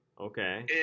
Okay